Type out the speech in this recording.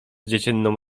dziecinną